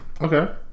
Okay